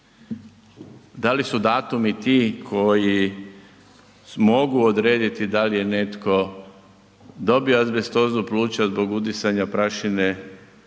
Da li su datumi ti koji mogu odrediti dal je netko dobio azbestozu pluća zbog udisanja prašine